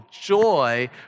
joy